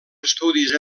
estudis